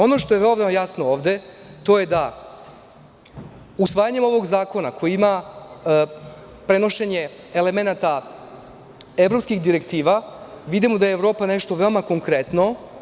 Ono što je ovde jasno, jeste to da usvajanjem ovog zakona koji ima prenošenje elemenata evropskih direktiva, vidimo da je Evropa nešto veoma konkretno.